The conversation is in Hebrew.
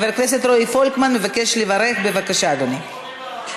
חבר הכנסת רועי פולקמן מבקש לברך, בבקשה, אדוני.